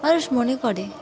মানুষ মনে করে